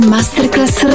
Masterclass